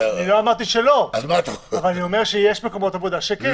לא, אני רק אמרתי שיש מקומות עבודה שזה כן קיים.